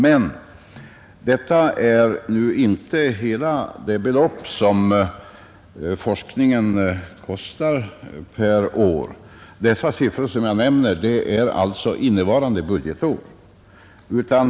Men detta är inte hela det belopp som forskningen kostar per år. Dessa siffror som jag nämner gäller alltså innevarande budgetår.